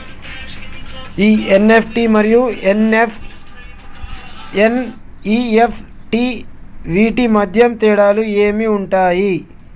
EFT మరియు NEFT వీటి మధ్య తేడాలు ఏమి ఉంటాయి?